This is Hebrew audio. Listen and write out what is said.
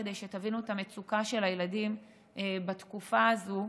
כדי שתבינו את המצוקה של הילדים בתקופה הזו,